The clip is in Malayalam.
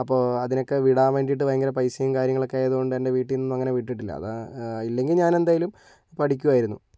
അപ്പോൾ അതിനൊക്കെ വിടാൻ വേണ്ടിയിട്ട് ഭയങ്കര പൈസയും കാര്യങ്ങളൊക്കെ ആയതുകൊണ്ട് എന്റെ വീട്ടിൽ നിന്നൊന്നും അങ്ങനെ വിട്ടിട്ടില്ല അതാണ് ഇല്ലെങ്കിൽ ഞാൻ എന്തായാലും പഠിക്കുമായിരുന്നു